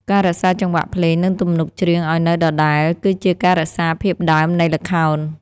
ការរក្សាចង្វាក់ភ្លេង និងទំនុកច្រៀងឱ្យនៅដដែល គឺជាការរក្សាភាពដើមនៃល្ខោន។